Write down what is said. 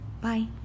Bye